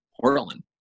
Portland